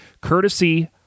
courtesy